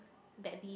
badly